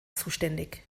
zuständig